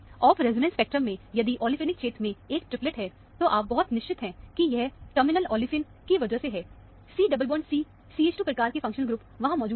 of resonance spectrum में यदि olefinic क्षेत्र में एक ट्रिपलेट है तो आप बहुत निश्चित हैं कि यह टर्मिनल ओलेफिन की वजह से है C डबल बॉन्ड CH2 प्रकार के फंक्शनल ग्रुप वहां मौजूद हैं